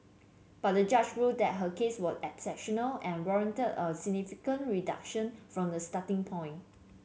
but the judge ruled that her case was exceptional and warranted a significant reduction from the starting point